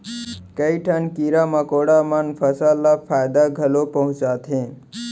कई ठन कीरा मकोड़ा मन फसल ल फायदा घलौ पहुँचाथें